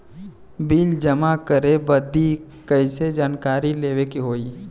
Bill जमा करे बदी कैसे जानकारी लेवे के होई?